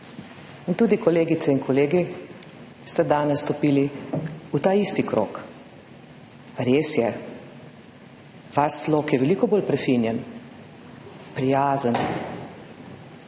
In tudi kolegice in kolegi ste danes stopili v ta isti krog. Res je, vaš slog je veliko bolj prefinjen, prijazen,